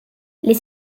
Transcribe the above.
les